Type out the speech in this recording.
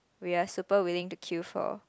we are super willing to queue for